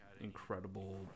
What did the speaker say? incredible